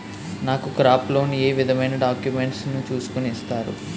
నాకు crop loan ఏ విధమైన డాక్యుమెంట్స్ ను చూస్కుని ఇస్తారు?